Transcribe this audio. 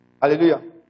Hallelujah